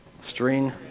String